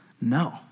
no